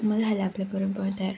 मग झाल्या आपल्या पुरणपोळ्या तयार